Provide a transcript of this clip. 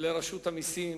לרשות המסים